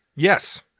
Yes